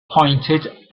pointed